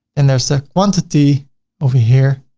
and there's a quantity over here.